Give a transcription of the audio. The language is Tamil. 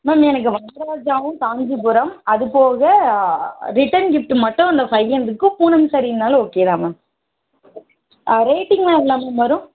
மேம் எனக்கு ஜாவும் காஞ்சிபுரம் அது போக ரிட்டன் கிஃப்ட்டு மட்டும் இந்த ஃபைவ் ஹண்ட்ரடுக்கு பூனம் ஸேரீ இருந்தாலும் ஓகே தான் மேம் ரேட்டிங்கெலாம் எவ்வளோ மேம் வரும்